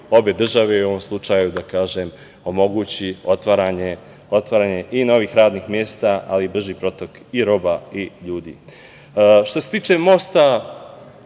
obe države u ovom slučaju omogući otvaranje i novih radnih mesta, ali i brži protok i robe i ljudi. Što se tiče mosta